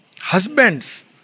Husbands